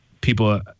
people